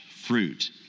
fruit